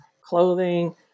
clothing